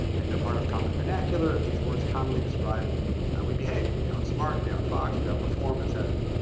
and you're part of common vernacular if these words commonly describe how we behave. we outsmart, we outfox, we outperform, et cetera.